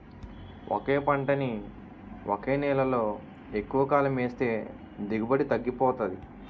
ఒకే పంటని ఒకే నేలలో ఎక్కువకాలం ఏస్తే దిగుబడి తగ్గిపోతాది